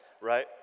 right